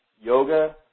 yoga